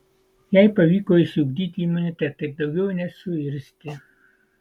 jai pavyko išsiugdyti imunitetą ir daugiau nesuirzti